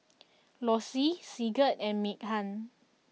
Lossie Sigurd and Meaghan